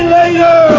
later